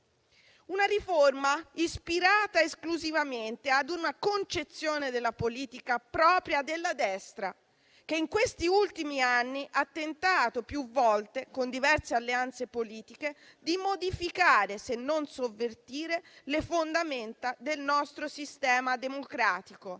Una riforma ispirata esclusivamente ad una concezione della politica propria della destra, che in questi ultimi anni ha tentato più volte, con diverse alleanze politiche, di modificare, se non sovvertire, le fondamenta del nostro sistema democratico.